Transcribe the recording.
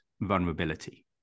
vulnerability